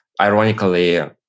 Ironically